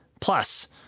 Plus